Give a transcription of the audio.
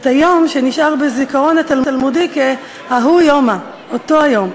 את היום שנשאר בזיכרון התלמודי כ"ההוא יומא" אותו היום.